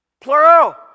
Plural